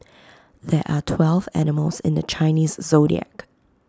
there are twelve animals in the Chinese Zodiac